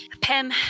pem